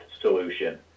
solution